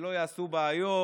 שלא יעשו בעיות,